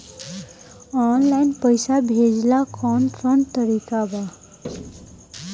Online पइसा भेजेला कवन कवन तरीका बा?